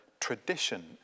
tradition